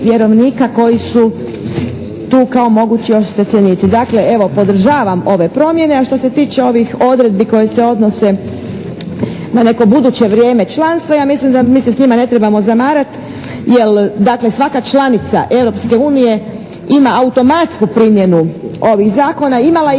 koji su tu kao mogući oštećenici. Evo, podržavam ove promjene a što se tiče ovih odredbi koje se odnose na neko buduće vrijeme članstva ja mislim da mi se s njima ne trebamo zamarat jer svaka članica Europske unije ima automatsku primjenu ovih zakona. Imala ih ili